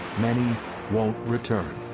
many won't return.